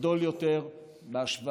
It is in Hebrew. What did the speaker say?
גדול יותר בהשוואה